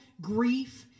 grief